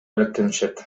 алектенишет